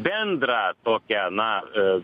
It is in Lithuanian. bendrą tokią na